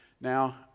now